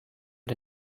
the